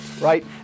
right